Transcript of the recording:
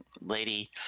Lady